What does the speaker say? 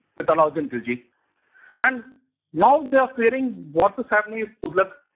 with alauddin khalji and now they are fearing what was happening if tughlaq,